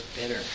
better